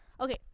Okay